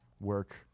work